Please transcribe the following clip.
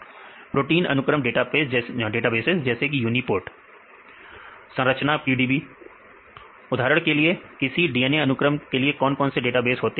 विद्यार्थी प्रोटीन अनुक्रम database protein अनुक्रम डेटाबेस जैसे कि यूनीपोर्ट समय देखें 2020 विद्यार्थी प्रोटीन की संरचना संरचना PDB विद्यार्थी DNA अनुक्रम उदाहरण के लिए किसी DNA अनुक्रम के लिए कौन कौन से डेटाबेस होते हैं